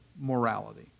morality